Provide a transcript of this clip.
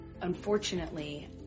Unfortunately